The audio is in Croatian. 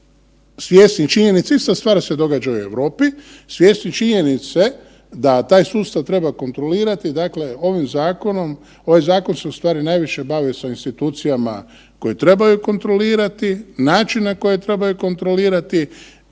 svjesni činjenice ista stvar se događa i u Europi, svjesni činjenice da taj sustav treba kontrolirati, dakle ovim zakonom, ovaj zakon se u stvari najviše bavi sa institucijama koje trebaju kontrolirati, način na koji trebaju kontrolirati,